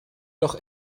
doch